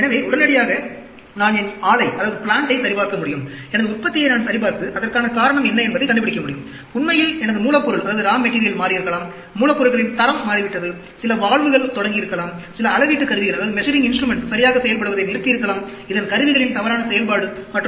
எனவே உடனடியாக நான் என் ஆலையை சரிபார்க்க முடியும் எனது உற்பத்தியை நான் சரிபார்த்து அதற்கான காரணம் என்ன என்பதைக் கண்டுபிடிக்க முடியும் உண்மையில் என் மூலப்பொருள் மாறியிருக்கலாம் மூலப்பொருளின் தரம் மாறிவிட்டது சில வால்வுகள் தொடங்கியிருக்கலாம் சில அளவீட்டு கருவிகள் சரியாக செயல்படுவதை நிறுத்தியிருக்கலாம் இதன் கருவிகளின் தவறான செயல்பாடு மற்றும் பல